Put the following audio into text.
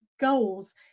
goals